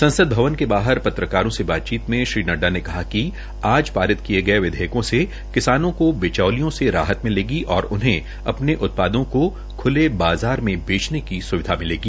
संसद भवन के बाहर पत्रकारों से बातचीत में श्री नड़डा ने कहा कि आज पारित किये गये विधेयकों से किसानों को बिचौलियों से राहत मिलेगी और उन्हें अपने उत्पादों को ख्ले बाज़ार में बेचने की स्विधा मिलेगी